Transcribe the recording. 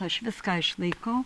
aš viską išlaikau